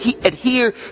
adhere